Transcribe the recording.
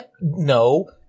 no